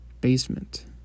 basement